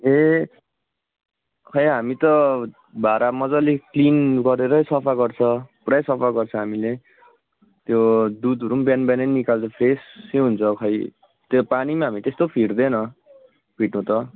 ए खै हामी त भाँडा मज्जाले क्लिन गरेरै सफा गर्छ पुरै सफा गर्छ हामीले त्यो दुधहरू पनि बिहान बिहानै निकाल्दा फ्रेसै हुन्छ खै त्यो पानी पनि हामी त्यस्तो फिट्दैन फिट्नु त